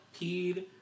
peed